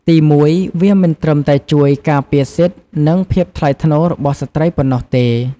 ទីមួយ វាមិនត្រឹមតែជួយ ការពារសិទ្ធិ និងភាពថ្លៃថ្នូររបស់ស្ត្រីប៉ុណ្ណោះទេ។